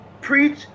preach